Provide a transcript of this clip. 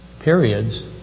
periods